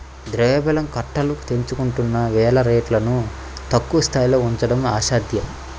ద్రవ్యోల్బణం కట్టలు తెంచుకుంటున్న వేళ రేట్లను తక్కువ స్థాయిలో ఉంచడం అసాధ్యం